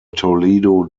toledo